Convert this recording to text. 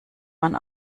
man